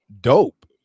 dope